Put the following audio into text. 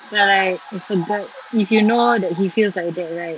but like if a guy if you know that he feels like that right